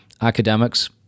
Academics